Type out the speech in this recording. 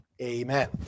Amen